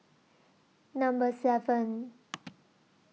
Number seven